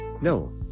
No